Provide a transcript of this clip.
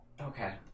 Okay